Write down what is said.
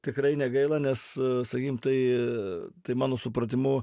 tikrai negaila nes sakykim tai tai mano supratimu